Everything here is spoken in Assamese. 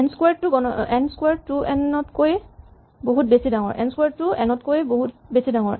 এন ক্সোৱাৰড টু এন তকৈ বহুত বেছি ডাঙৰ